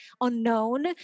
unknown